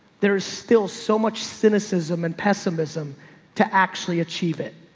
there is still so much cynicism and pessimism to actually achieve it.